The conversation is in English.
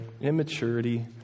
immaturity